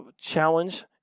challenge